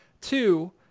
Two